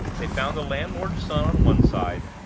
they found the landlord's son on one side,